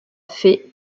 fée